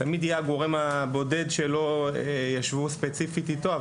תמיד יהיה הגורם הבודד שלא ישבו ספציפית איתו.